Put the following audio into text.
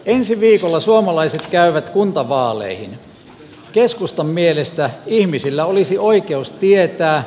ensi viikolla suomalaiset käyvät kuntavaaleihin keskustan mielestä ihmisillä olisi oikeus tietää